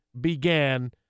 began